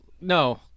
no